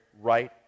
right